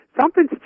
something's